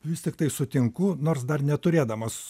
vis tiktai sutinku nors dar neturėdamas